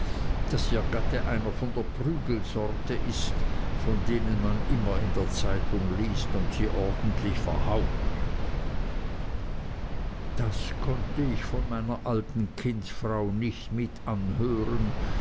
daß ihr gatte einer von der prügelsorte ist von denen man immer in der zeitung liest und sie ordentlich verhaut das konnte ich von meiner alten kindsfrau nicht mit anhören